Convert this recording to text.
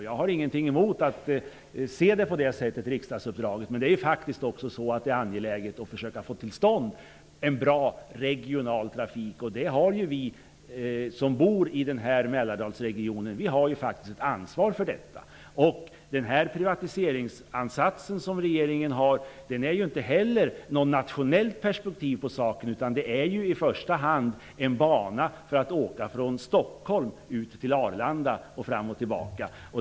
Jag har ingenting emot att se riksdagsuppdraget på det sättet. Men det är också angeläget att försöka få till stånd en bra regional trafik i Mälardalen. Det har vi som bor i Mälardalsregionen ett ansvar för. Regeringens privatiseringsansats innebär inte heller något nationellt perspektiv på saken, utan det är i första hand fråga om en bana för att åka från Stockholm till Arlanda och tillbaka.